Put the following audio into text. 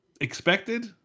expected